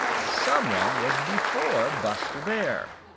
some one was before buster bear.